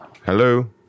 Hello